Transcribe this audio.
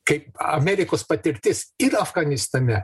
kaip amerikos patirtis ir afganistane